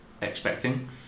expecting